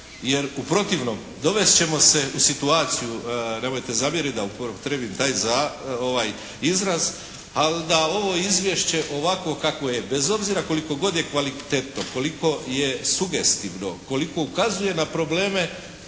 Jer u protivnom dovest ćemo se u situaciju, nemojte zamjeriti da upotrijebim taj izraz, ali da ovo Izvješće ovakvo kakvo je bez obzira koliko god je kvalitetno, koliko je sugestivno, koliko ukazuje na probleme